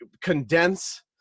condense